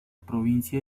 provincia